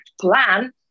plan